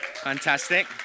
Fantastic